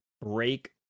break